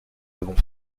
avons